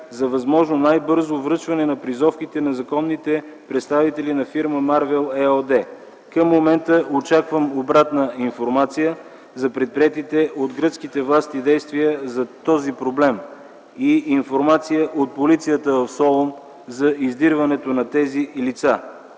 за възможно най-бързо връчване на призовките на законните представители на фирма „Марвел” ООД. Към момента очаквам обратна информация за предприетите от гръцките власти действия по този проблем и информация от полицията в Солун за издирването на тези лица.